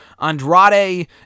Andrade